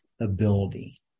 ability